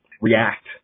react